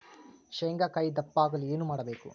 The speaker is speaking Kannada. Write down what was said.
ಶೇಂಗಾಕಾಯಿ ದಪ್ಪ ಆಗಲು ಏನು ಮಾಡಬೇಕು?